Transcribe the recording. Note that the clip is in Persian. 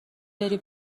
بری